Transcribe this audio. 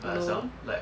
no